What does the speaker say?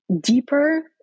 deeper